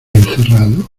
encerrado